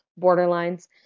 borderlines